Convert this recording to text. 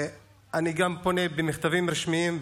ואני גם פונה במכתבים רשמיים,